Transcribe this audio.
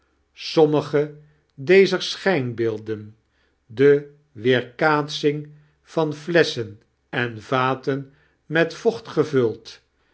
siommige dezer schijnbeemen de wearkaateing van flesschen en vaten met vocht gevuld